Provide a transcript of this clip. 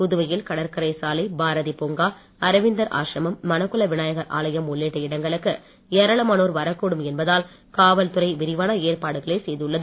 புதுவையில் கடற்கரை சாலை பாரதிப்பூங்கா அரவிந்தர் ஆசிரம்ம் மணக்குள விநாயகர் ஆலயம் உள்ளிட்ட இடங்களுக்கு ஏராளமானோர் வரக்கூடும் என்பதால் காவல்துறை விரிவான ஏற்பாடுகளை செய்துள்ளது